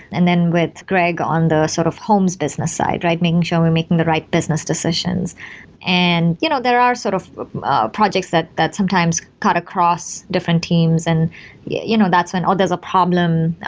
and then with greg on the sort of homes business side, right? making sure we're making the right business decisions and you know there are sort of projects that sometimes cut across different teams. and you know that's when, oh, there's a problem.